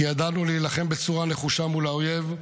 כי ידענו להילחם בצורה נחושה מול האויב,